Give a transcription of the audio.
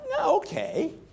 okay